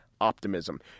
optimism